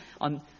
on